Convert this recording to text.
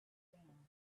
down